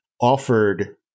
offered